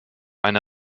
eine